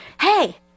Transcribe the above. hey